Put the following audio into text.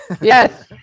Yes